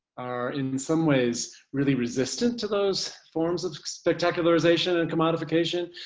are in some ways really resistant to those forms of spectacularisation and comoedification,